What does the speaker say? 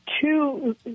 two